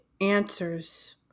answers